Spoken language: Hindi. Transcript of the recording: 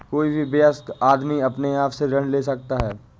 कोई भी वयस्क आदमी अपने आप से ऋण ले सकता है